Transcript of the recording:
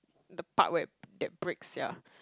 the part where it get breaks yeah